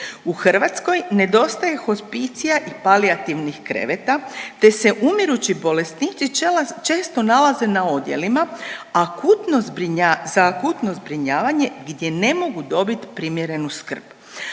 U Hrvatskoj nedostaje hospicija i palijativnih kreveta te se umirući bolesnici često nalaze na odjelima, akutno zbrinja… za akutno zbrinjavanje gdje ne mogu dobiti primjerenu skrb.